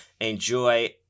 enjoy